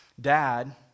dad